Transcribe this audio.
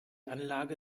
anlage